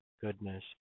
goodness